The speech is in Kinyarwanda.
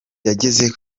yageze